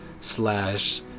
slash